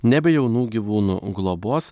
nebejaunų gyvūnų globos